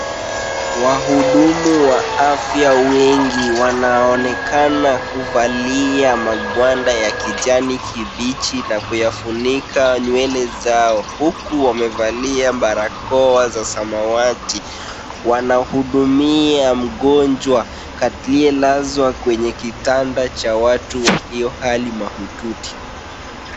Wahudumu wa afya wengi wanaonekana kuvalia magwanda ya kijani kibichi na kuyafunika nywele zao huku wamevalia barakoa za samawati . Wanahudumia mgonjwa aliyelazwa kwenye kitanda cha watu walio hali mahututi.